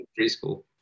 preschool